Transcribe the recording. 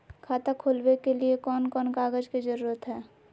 खाता खोलवे के लिए कौन कौन कागज के जरूरत है?